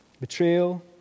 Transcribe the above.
Betrayal